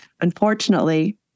Unfortunately